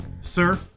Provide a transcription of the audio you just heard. Sir